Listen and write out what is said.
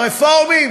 הרפורמים?